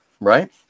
right